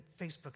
Facebook